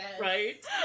Right